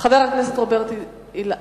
חבר הכנסת רוברט אילטוב.